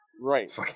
Right